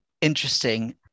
Interesting